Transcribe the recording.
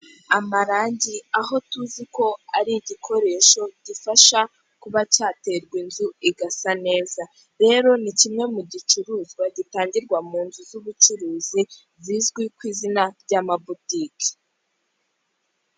Amarangi, aho tuzi ko ari igikoresho gifasha kuba cyaterwa inzu igasa neza. Rero ni kimwe mu gicuruzwa gitangirwa mu nzu z'ubucuruzi, zizwi ku izina ry'amabutike.